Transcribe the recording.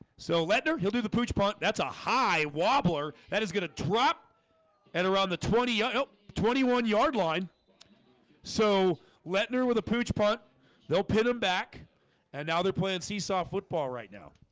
so letter he'll do the pooch punt. that's a high wobbler that is gonna drop and around the twenty ah twenty one yard line so letting her with a pooch punt they'll pin him back and now they're playing seesaw football right now